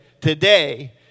today